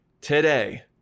today